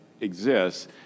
exists